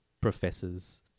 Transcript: professors